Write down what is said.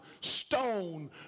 stone